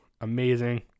Amazing